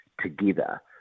together